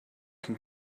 can